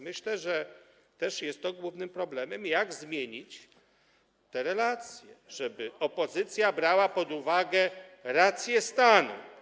Myślę, że też głównym problemem jest to, jak zmienić te relacje, żeby opozycja brała pod uwagę rację stanu.